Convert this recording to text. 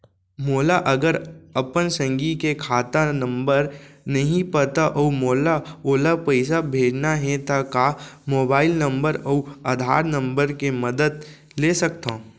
मोला अगर अपन संगी के खाता नंबर नहीं पता अऊ मोला ओला पइसा भेजना हे ता का मोबाईल नंबर अऊ आधार नंबर के मदद ले सकथव?